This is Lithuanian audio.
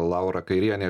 laura kairienė